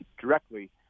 directly